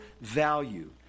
value